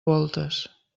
voltes